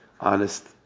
honest